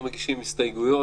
לא מגישים הסתייגויות,